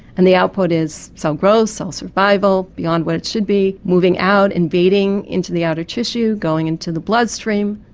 and the output is cell growth, cell survival beyond what it should be, moving out, invading into the outer tissue, going into the bloodstream,